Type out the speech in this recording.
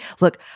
Look